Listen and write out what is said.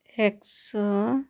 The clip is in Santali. ᱮᱠ ᱥᱚ